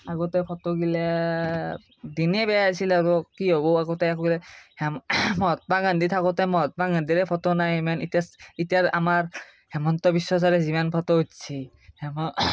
আগতে ফটোগিলা দিনে বেয়া আছিল আৰু কি হ'ব আগতে মহাত্মা গান্ধী থাকোঁতে মহাত্মা গান্ধীৰে ফটো নাই ইমান এতিয়া এতিয়া আমাৰ হেমন্ত বিশ্ব ছাৰে যিমান ফটো উঠিছে হেম